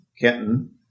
Kenton